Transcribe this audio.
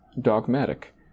dogmatic